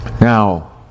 Now